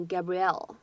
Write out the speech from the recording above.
Gabrielle